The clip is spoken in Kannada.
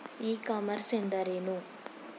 ಇ ಕಾಮರ್ಸ್ ಎಂದರೇನು?